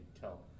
tell